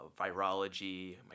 virology